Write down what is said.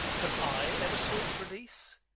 have i ever sought release?